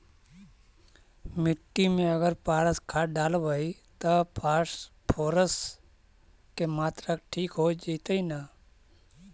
मिट्टी में अगर पारस खाद डालबै त फास्फोरस के माऋआ ठिक हो जितै न?